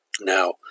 Now